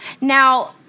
Now